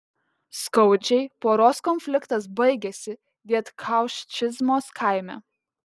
skaudžiai poros konfliktas baigėsi dietkauščiznos kaime